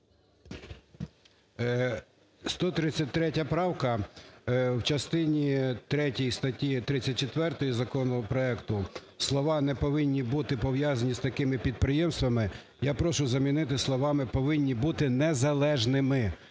133 правка: в частині третій статті 34 законопроекту слова "не повинні бути пов'язані з такими підприємствами" я прошу замінити словами "повинні бути незалежними".